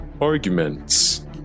arguments